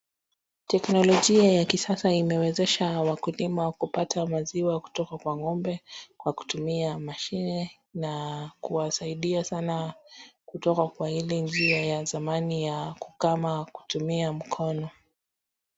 Teknolojia ya kisasa imewezesha wakulima kupata maziwa kutoka kwa ng'ombe kwa kutumia mashine na kuwasaidia sana kutoka kwa hili njia ya zamani ya kukama kutumia mkono.